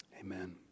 amen